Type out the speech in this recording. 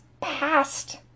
past